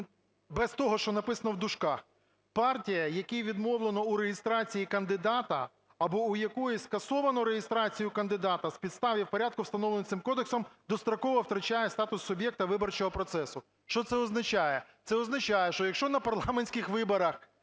без того, що написано в дужках: "Партія, якій відмовлено у реєстрації кандидата або у якої скасовано реєстрацію кандидата з підстав і в порядку, встановленому цим Кодексом, достроково втрачає статус суб'єкта виборчого процесу…" Що це означає? Це означає, що якщо на парламентських виборах